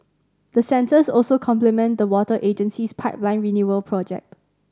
the sensors also complement the water agency's pipeline renewal project